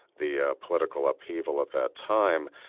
the ah political upheaval of that time.